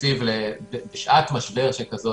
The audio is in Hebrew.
תקציב בשעת משבר שכזו.